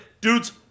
dudes